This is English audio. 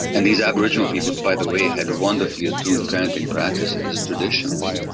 and these aboriginal peoples, by the way, had wonderfully attuned parenting practices traditionally,